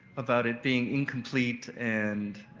about it being incomplete and